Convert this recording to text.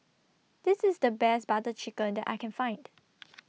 This IS The Best Butter Chicken that I Can Find